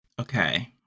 Okay